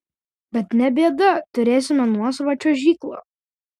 bet ne bėda turėsime nuosavą čiuožyklą